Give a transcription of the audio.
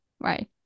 right